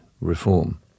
reform